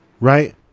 right